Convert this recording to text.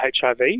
HIV